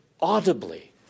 audibly